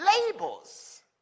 Labels